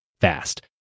fast